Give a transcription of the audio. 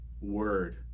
word